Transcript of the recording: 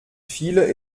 viele